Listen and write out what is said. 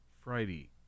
Friday